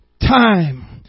time